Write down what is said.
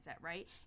right